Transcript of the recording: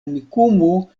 amikumu